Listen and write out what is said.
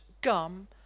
gum